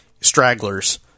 stragglers